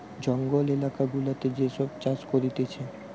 জঙ্গল এলাকা গুলাতে যে সব চাষ করতিছে